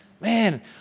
Man